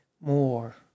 more